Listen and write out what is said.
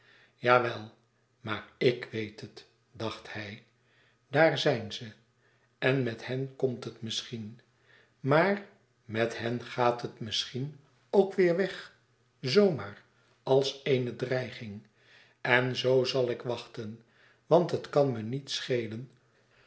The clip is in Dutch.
jawel maar ik weet het dacht hij daar zijn ze en met hen komt het misschien maar met hen gaat het misschien ook weêr weg zoo maar als eene dreiging en zoo zal ik wachten want het kan me niets schelen